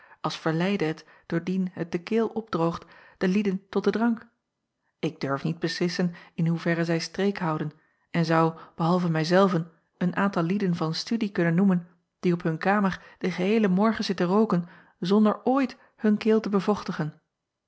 als verleidde het doordien het de keel opdroogt de lieden tot den drank ik durf niet beslissen in hoeverre zij streek houden en zou behalve mij zelven een aantal lieden van studie kunnen noemen die op hun kamer den geheelen morgen zitten rooken zonder ooit hun keel te